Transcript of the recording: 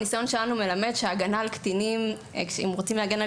הניסיון שלנו מלמד שאם רוצים להגן על